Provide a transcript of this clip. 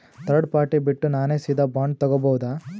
Third party ಬಿಟ್ಟು ನಾನೇ ಸೀದಾ ಬಾಂಡ್ ತೋಗೊಭೌದಾ?